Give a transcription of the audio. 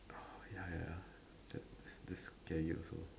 oh ya ya ya that that's scary also